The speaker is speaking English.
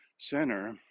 Center